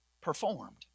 performed